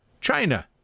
China